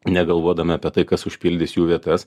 negalvodami apie tai kas užpildys jų vietas